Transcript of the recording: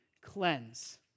cleanse